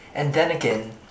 and then again